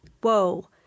Whoa